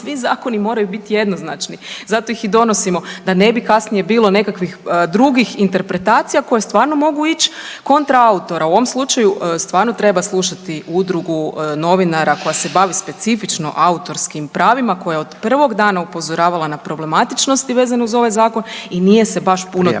svi zakoni moraju biti jednoznačni. Zato ih i donosimo da ne bi kasnije bilo nekakvih drugih interpretacija koje stvarno mogu ići kontra autora. U ovom slučaju stvarno treba slušati Udrugu novinara koja se bavi specifično autorskim pravima koja je od prvog dana upozoravala na problematičnosti vezane uz ovaj Zakon i nije se baš puno